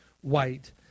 white